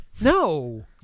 No